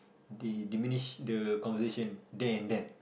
they diminish the conversation there and then